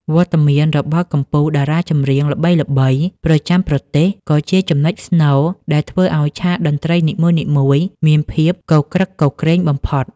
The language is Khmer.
វត្តមានរបស់កំពូលតារាចម្រៀងល្បីៗប្រចាំប្រទេស ក៏ជាចំណុចស្នូលដែលធ្វើឱ្យឆាកតន្ត្រីនីមួយៗមានភាពគគ្រឹកគគ្រេងបំផុត។